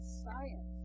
science